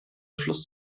fluss